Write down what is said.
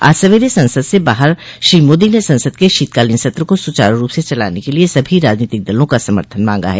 आज सवेरे संसद से बाहर श्री मोदी ने संसद के शीतकालीन सत्र को सुचारू रूप से चलाने के लिए सभी राजनीतिक दलों का समर्थन मांगा है